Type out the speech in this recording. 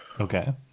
Okay